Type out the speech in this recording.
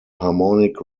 harmonic